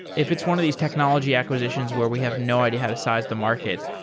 if it's one of these technology acquisitions where we have no idea how to size the market,